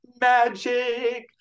magic